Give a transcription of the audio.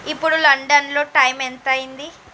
ఇప్పుడు లండన్లో టైం ఎంతయ్యింది